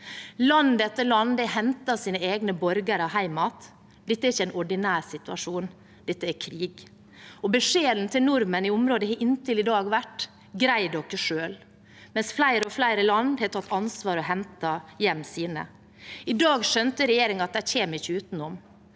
Land etter land har hentet sine egne borgere hjem igjen. Dette er ikke en ordinær situasjon; dette er krig. Beskjeden til nordmenn i området har inntil i dag vært at de skal greie seg selv, mens flere og flere land har tatt ansvar og hentet hjem sine. I dag skjønte regjeringen at de ikke kommer utenom,